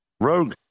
rogue